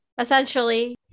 essentially